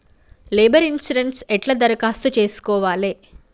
Labour insurance ఎట్ల దరఖాస్తు చేసుకోవాలే?